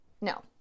No